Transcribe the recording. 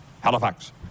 Halifax